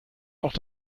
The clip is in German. auch